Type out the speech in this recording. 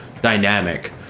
dynamic